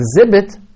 exhibit